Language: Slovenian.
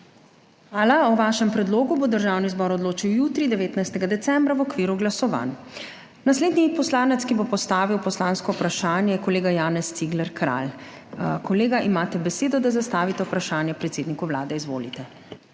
Hvala. O vašem predlogu bo Državni zbor odločal jutri, 19. decembra, v okviru glasovanj. Naslednji poslanec, ki bo postavil poslansko vprašanje, je kolega Janez Cigler Kralj. Kolega, imate besedo, da zastavite vprašanje predsedniku Vlade. Izvolite.